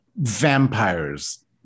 vampires